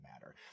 matter